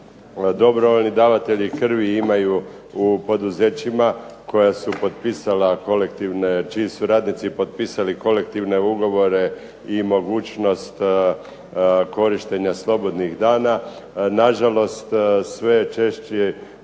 Dobrovoljni davatelji krvi imaju u poduzećima koja su potpisala kolektivne, čiji su radnici potpisali kolektivne ugovore i mogućnost korištenja slobodnih dana nažalost sve je